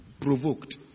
provoked